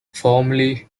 formerly